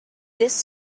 this